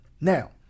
Now